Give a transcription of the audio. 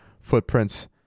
footprints